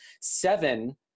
seven